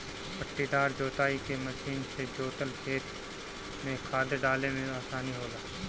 पट्टीदार जोताई के मशीन से जोतल खेत में खाद डाले में आसानी होला